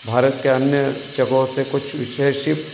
भारत के अन्य जगहों से कुछ विशेष